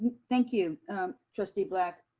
thank you trustee black.